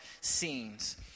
scenes